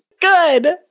Good